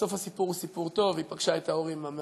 סוף הסיפור הוא סיפור טוב: היא פגשה את ההורים המאמצים,